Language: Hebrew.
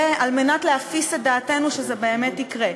כדי להפיס את דעתנו שזה באמת יקרה,